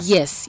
Yes